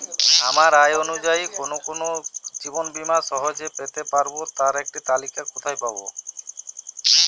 আমার আয় অনুযায়ী কোন কোন জীবন বীমা সহজে পেতে পারব তার একটি তালিকা কোথায় পাবো?